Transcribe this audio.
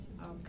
Okay